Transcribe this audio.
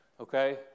Okay